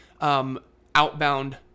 outbound